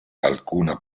alcuna